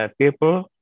people